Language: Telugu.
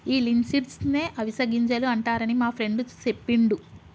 ఈ లిన్సీడ్స్ నే అవిసె గింజలు అంటారని మా ఫ్రెండు సెప్పిండు